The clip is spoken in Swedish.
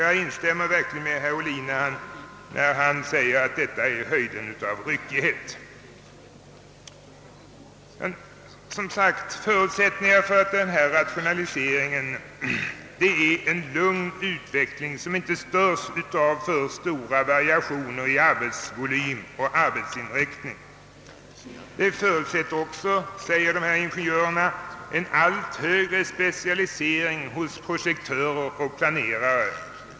Jag instämmer verkligen med herr Ohlin när han säger att detta är höjden, av ryckighet. Förutsättningen: för denna rationalisering är som sagt en lugn utveckling som inte störes av alltför stora variationer i arbetsvolym och arbetsinriktning. En annan förutsättning är, säger ingenjörerna, en allt större specialisering hos projektörer och planerare.